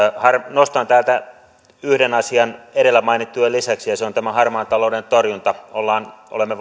nostan täältä yhden asian edellä mainittujen lisäksi ja se on tämä harmaan talouden torjunta olemme